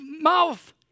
mouth